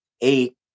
eight